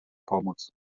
pomóc